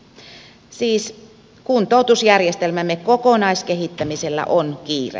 siis kuntoutusjärjestelmämme kokonaiskehittämisellä on kiire